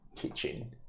Kitchen